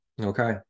okay